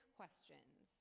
questions